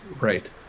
Right